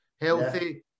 healthy